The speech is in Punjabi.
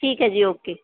ਠੀਕ ਹੈ ਜੀ ਓਕੇ